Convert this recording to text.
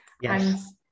yes